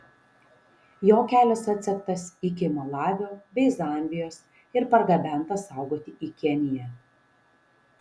jo kelias atsektas iki malavio bei zambijos ir pargabentas saugoti į keniją